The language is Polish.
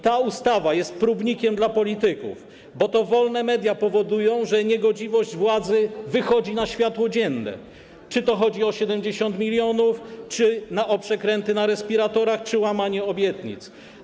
Ta ustawa jest próbnikiem dla polityków, bo to wolne media powodują, że niegodziwość władzy wychodzi na światło dzienne, czy chodzi o 70 mln, czy o przekręty na respiratorach, czy o łamanie obietnic.